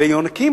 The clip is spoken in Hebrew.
ויונקים,